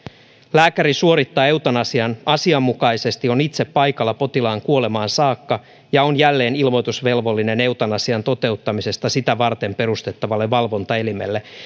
lääkäri suorittaa eutanasian asianmukaisesti on itse paikalla potilaan kuolemaan saakka ja on jälleen ilmoitusvelvollinen eutanasian toteuttamisesta sitä varten perustettavalle valvontaelimelle